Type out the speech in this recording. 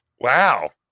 Wow